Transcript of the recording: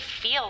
feel